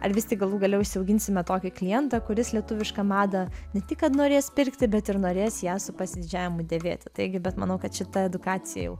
ar vis tik galų gale užsiauginsime tokį klientą kuris lietuvišką madą ne tik kad norės pirkti bet ir norės ją su pasididžiavimu dėvėti taigi bet manau kad šita edukacija jau